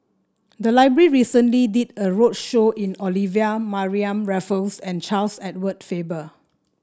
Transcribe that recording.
the library recently did a roadshow on Olivia Mariamne Raffles and Charles Edward Faber